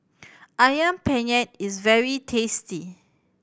Ayam Penyet is very tasty